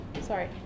Sorry